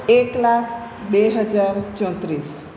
એક લાખ બે હજાર ચોત્રીસ